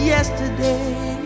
Yesterday